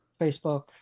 facebook